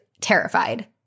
terrified